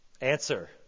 Answer